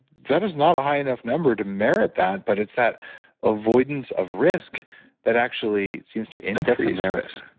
that is not a high enough number to merit that, but it's that avoidance of risk that actually seems to increase stress